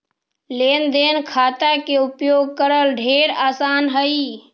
लेन देन खाता के उपयोग करल ढेर आसान हई